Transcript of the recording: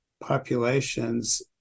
populations